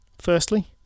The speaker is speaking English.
Firstly